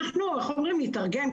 אנחנו נתארגן.